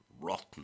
rotten